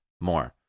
more